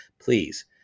Please